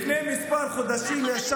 תביא לי מידע על החטופים מהחברים שלך ברשות.